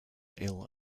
ill